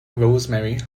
rosemary